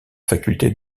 faculté